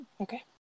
Okay